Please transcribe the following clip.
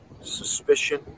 suspicion